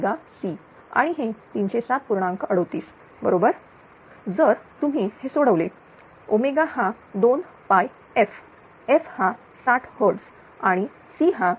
38 बरोबर आहे तुम्ही जर हे सोडवले ओमेगा हा 2 pi F F हा 60 Hz आणि C हा 1